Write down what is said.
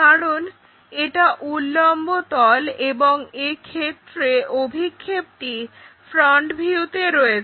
কারণ এটা উল্লম্ব তল এবং এক্ষেত্রে অভিক্ষেপটি ফ্রন্ট ভিউতে রয়েছে